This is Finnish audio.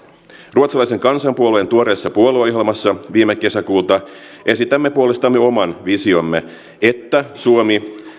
ruotsalaisen kansanpuolueen tuoreessa puolueohjelmassa viime kesäkuulta esitämme puolestamme oman visiomme että suomi